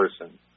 person